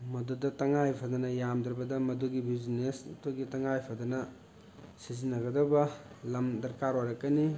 ꯃꯗꯨꯗ ꯇꯉꯥꯏ ꯐꯗꯅ ꯌꯥꯝꯗ꯭ꯔꯕꯗ ꯃꯗꯨꯒꯤ ꯕ꯭ꯌꯨꯖꯤꯅꯦꯁꯇꯨꯒꯤ ꯇꯉꯥꯏꯐꯗꯅ ꯁꯤꯖꯤꯟꯅꯒꯗꯕ ꯂꯝ ꯗꯔꯀꯥꯔ ꯑꯣꯏꯔꯛꯀꯅꯤ